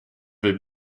vais